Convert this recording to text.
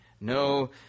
No